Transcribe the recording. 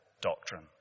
doctrine